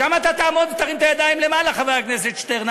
שם תעמוד ותרים את הידיים למעלה, חבר הכנסת שטרן.